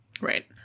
Right